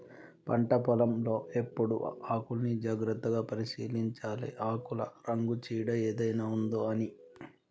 పంట పొలం లో ఎప్పుడు ఆకుల్ని జాగ్రత్తగా పరిశీలించాలె ఆకుల రంగు చీడ ఏదైనా ఉందొ అని